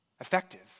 effective